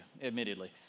admittedly